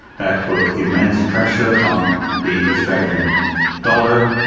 that put immense pressure on the australian dollar.